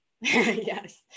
yes